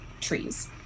trees